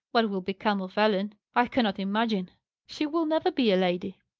what will become of ellen, i cannot imagine she will never be a lady!